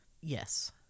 yes